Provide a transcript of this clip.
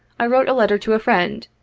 i wrote a letter to a friend,